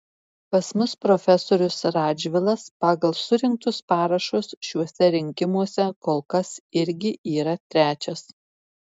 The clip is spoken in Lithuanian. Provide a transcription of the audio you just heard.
pas mus profesorius radžvilas pagal surinktus parašus šiuose rinkimuose kol kas irgi yra trečias